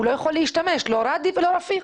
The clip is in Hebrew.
הוא לא יכול להשתמש לא ראדי ולא רפיק.